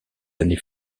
années